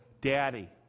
Daddy